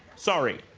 sorry.